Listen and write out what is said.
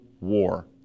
war